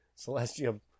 Celestia